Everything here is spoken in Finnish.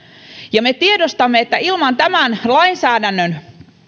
ja me tiedostamme että ilman tämän lainsäädännön